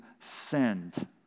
send